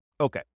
Okay